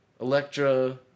Electra